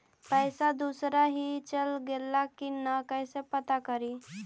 पैसा दुसरा ही चल गेलै की न कैसे पता करि?